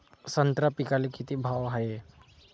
संत्रा पिकाले किती भाव हाये?